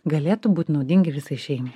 galėtų būti naudingi visai šeimai